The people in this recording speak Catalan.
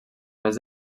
més